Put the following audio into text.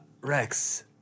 Rex